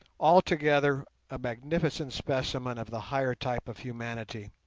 altogether a magnificent specimen of the higher type of humanity.